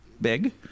big